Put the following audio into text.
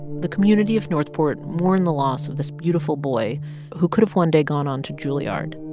the community of north port mourned the loss of this beautiful boy who could've one day gone on to juilliard.